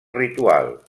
ritual